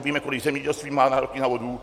Víme, kolik zemědělství má nároky na vodu.